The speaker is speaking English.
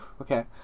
Okay